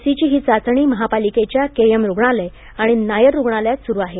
लसीची ही चाचणी महापालिकेच्या केईएम रुग्णालय आणि नायर रुग्णालयांत सुरु आहे